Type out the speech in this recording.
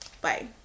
Bye